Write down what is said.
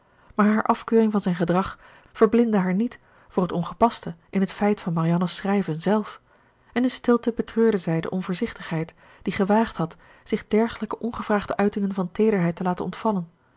maar haar afkeuring van zijn gedrag verblindde haar niet voor het ongepaste in het feit van marianne's schrijven zelf en in stilte betreurde zij de onvoorzichtigheid die gewaagd had zich dergelijke ongevraagde uitingen van teederheid te laten ontvallen